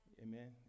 Amen